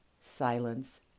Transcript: silence